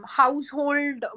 household